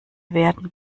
werden